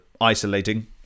isolating